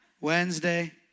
Wednesday